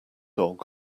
dog